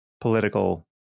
political